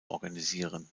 organisieren